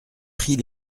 prit